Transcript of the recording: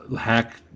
hack